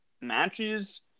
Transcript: matches